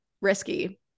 risky